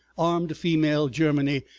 armed female, germany,